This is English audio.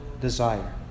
desire